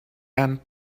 and